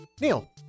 neil